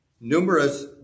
Numerous